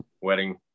wedding